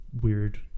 weird